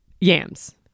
yams